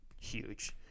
huge